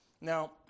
Now